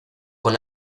con